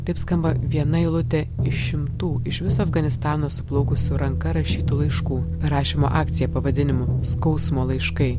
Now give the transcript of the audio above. taip skamba viena eilutė iš šimtų iš viso afganistano suplaukusių ranka rašytų laiškų rašymo akcija pavadinimu skausmo laiškai